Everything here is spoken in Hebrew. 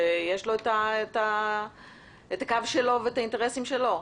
שיש לו את הקו שלו ואת האינטרסים שלו.